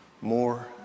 more